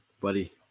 Buddy